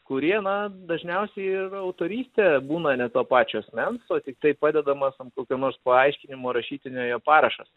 kurie na dažniausiai ir autorystė būna ne to pačio asmens o tiktai padedamas ant kokio nors paaiškinimo rašytinio jo parašas